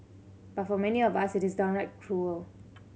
but for many of us it is downright cruel